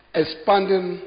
expanding